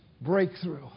breakthrough